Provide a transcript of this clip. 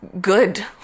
good